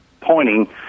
pointing